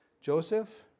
Joseph